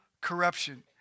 corruption